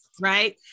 Right